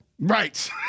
Right